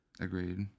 Agreed